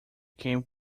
came